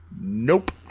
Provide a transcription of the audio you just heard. Nope